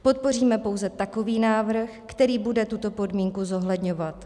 Podpoříme pouze takový návrh, který bude tuto podmínku zohledňovat.